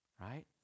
Right